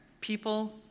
People